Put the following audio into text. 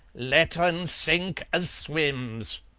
let un sink as swims,